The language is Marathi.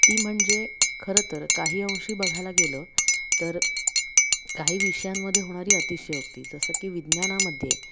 ती म्हणजे खरंतर काही अंशी बघायला गेलं तर काही विषयांमध्ये होणारी अतिशयोक्ती जसं की विज्ञानामध्ये